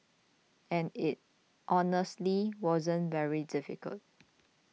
and it honestly wasn't very difficult